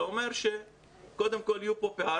זה אומר שקודם כל יהיו פה פערים.